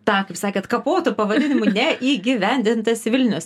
tą kaip sakėt kapotu pavadinimu neįgyvendintas vilnius